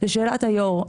לשאלת יו"ר,